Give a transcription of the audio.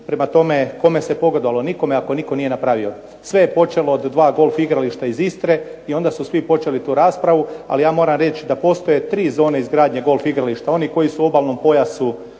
Prema tome, kome se pogodovalo? Nikome ako nitko nije napravio. Sve je počelo od dva golf igrališta iz Istre i onda su svi počeli tu raspravu. Ali ja moram reći da postoje tri zone izgradnje golf igrališta. Oni koji su obalnom pojasu